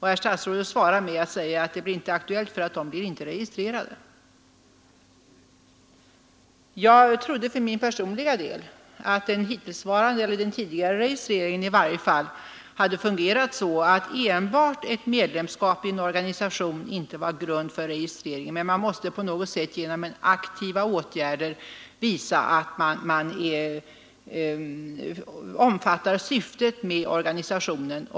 Herr statsrådet svarar med att säga att det är inte aktuellt, ty vederbörande blir inte registrerade. För min del personliga del trodde jag att den tidigare registeringen i varje fall hade fungerat så att enbart ett medlemskap i en organisation inte var tillräcklig grund för registrering; man måste också på något sätt genom aktiva åtgärder visa att man omfattade organisationens syfte.